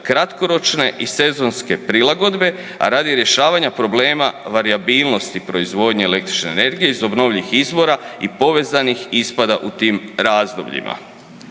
kratkoročne i sezonske prilagodbe, a radi rješavanja problema varijabilnosti proizvodnje električne energije iz obnovljivih izvora i povezanih ispada u tim razdobljima.